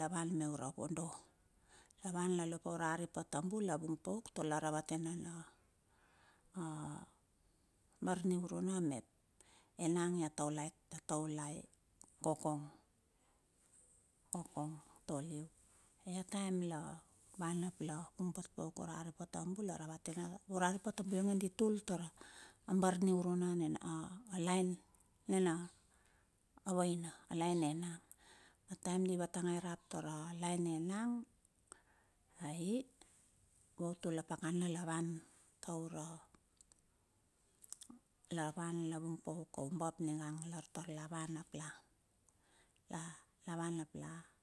ravate a u bur niuruna mep enang ia taulai ia taulai kokong, kokong toliu. Io a taem mila wan up la vung pauk ura rip na tambu la ravate na nu. Ura rip nu tambu di tu tar a barniuruna ne a laen nene vainu a laen di, vatenge rap tar a laen ne nang, ai vautul a pakana la van tuar a la wan la vung pauk oumbap niga lar taur la wan ap la.